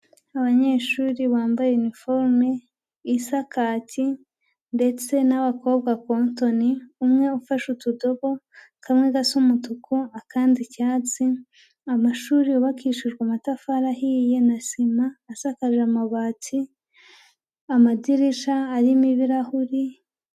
Abanyeshuri bambaye iniforume isa kacyi, ndetse n'abakobwa kontoni, umwe ufashe utudobo kamwe gasa umutuku, akandi icyatsi, amashuri yubakishijwe amatafari ahiye na sima, asakaje amabati, amadirisha arimo ibirahuri.